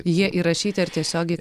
jie įrašyti ar tiesiogiai